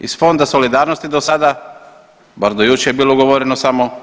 Iz fonda solidarnosti do sada, bar do jučer je bilo ugovoreno sa 4%